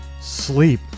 sleep